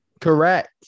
Correct